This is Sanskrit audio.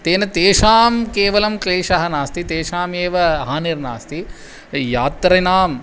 तेन तेषां केवलं क्लेशः नास्ति तेषामेव हानिर्नास्ति यात्रिणाम्